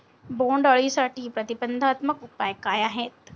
बोंडअळीसाठी प्रतिबंधात्मक उपाय काय आहेत?